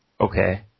Okay